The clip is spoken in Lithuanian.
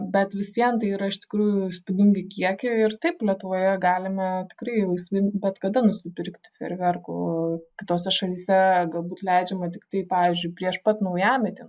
bet vis vien tai yra iš tikrųjų įspūdingi kiekiai ir taip lietuvoje galime tikrai laisvai bet kada nusipirkti ferverkų kitose šalyse galbūt leidžiama tiktai pavyzdžiui prieš pat naujametį